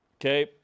Okay